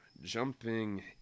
jumping